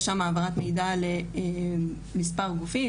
יש שם העברת מידע למספר גופים,